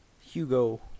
hugo